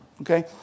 Okay